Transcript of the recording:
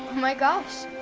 my gosh,